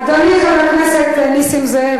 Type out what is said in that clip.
אדוני חבר הכנסת נסים זאב,